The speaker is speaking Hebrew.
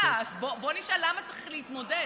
אז בואו נשאל למה צריך להתמודד.